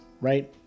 right